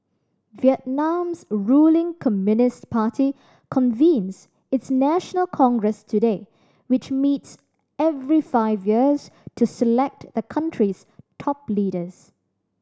Vietnam's ruling Communist Party convenes its national congress today which meets every five years to select a country's top leaders